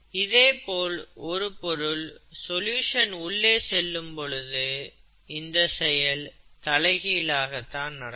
இதே போல் ஒரு பொருள் சொல்யூஷன் உள்ளே செல்லும்பொழுது இந்த செயல் தலைகீழாக தான் நடக்கும்